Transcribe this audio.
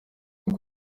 uko